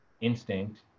instinct